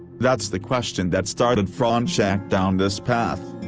that's the question that started fronczak down this path.